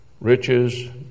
riches